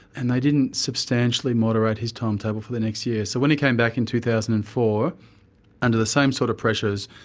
and they didn't substantially moderate his timetable for the next year. so when he came back in two thousand and four under the same sorts sort of pressures,